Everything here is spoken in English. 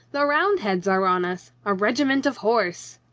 the roundheads are on us! a regiment of horse!